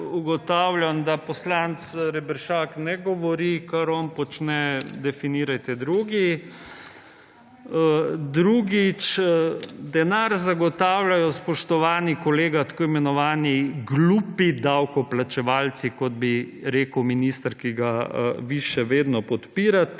ugotavljam, da poslanec Reberšak ne govori, kar on počne, definirajte drugi. Drugič, denar zagotavljajo, spoštovani kolega, tako imenovani, glupi davkoplačevalci, kot bi rekel minister, ki ga **43. TRAK: (VP)